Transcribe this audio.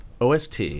OST